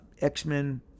X-Men